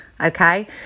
okay